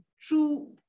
true